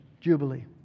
jubilee